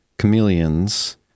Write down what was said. chameleons